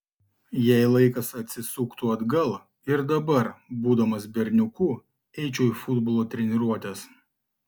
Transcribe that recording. jei laikas atsisuktų atgal ir dabar būdamas berniuku eičiau į futbolo treniruotes